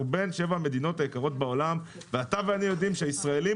אנחנו בין שבע המדינות היקרות בעולם ואתה ואני יודעים שהישראלים